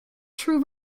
true